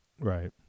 Right